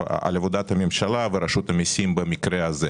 על עבודת רשות המיסים במקרה הזה.